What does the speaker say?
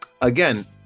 again